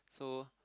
so